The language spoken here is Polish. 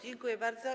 Dziękuję bardzo.